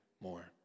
more